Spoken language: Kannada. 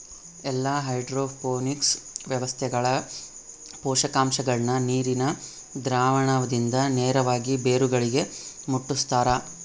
ಎಲ್ಲಾ ಹೈಡ್ರೋಪೋನಿಕ್ಸ್ ವ್ಯವಸ್ಥೆಗಳ ಪೋಷಕಾಂಶಗುಳ್ನ ನೀರಿನ ದ್ರಾವಣದಿಂದ ನೇರವಾಗಿ ಬೇರುಗಳಿಗೆ ಮುಟ್ಟುಸ್ತಾರ